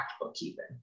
bookkeeping